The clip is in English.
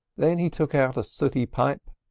then he took out a sooty pipe,